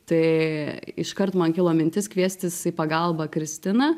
tai iškart man kilo mintis kviestis į pagalbą kristiną